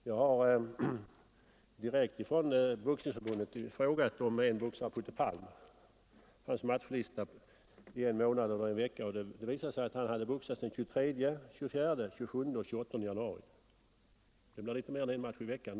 Jag har ställt frågan till Boxningsförbundet om en boxare som heter Palm beträffande hans matchlista. Det visar sig att han hade boxats den 23, 24, 27 och 28 januari. Det blir litet mer än en match i veckan.